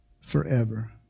forever